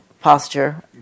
posture